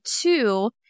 two